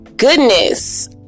goodness